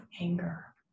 anger